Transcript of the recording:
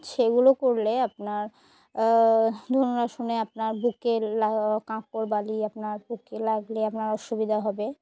সেগুলো করলে আপনার ধনুর শুনে আপনার বুকে কাঁকড় বালি আপনার বুকে লাগলে আপনার অসুবিধা হবে